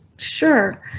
sure.